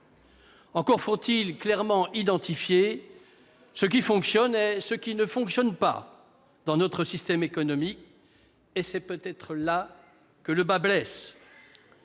encore faut-il clairement identifier ce qui fonctionne et ce qui ne fonctionne pas dans notre système. Et c'est peut-être là que le bât blesse